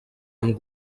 amb